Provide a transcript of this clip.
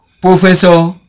Professor